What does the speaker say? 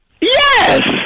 Yes